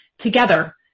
Together